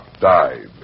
died